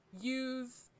use